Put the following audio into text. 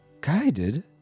Guided